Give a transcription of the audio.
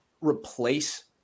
replace